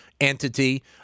entity